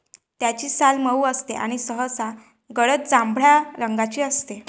त्याची साल मऊ असते आणि सहसा गडद जांभळ्या रंगाची असते